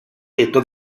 tetto